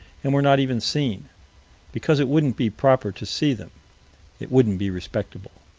and were not even seen because it wouldn't be proper to see them it wouldn't be respectable,